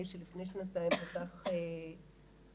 שלפני שנתיים פתח מרפאה